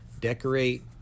Decorate